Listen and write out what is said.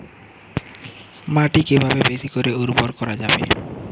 মাটি কিভাবে বেশী করে উর্বর করা যাবে?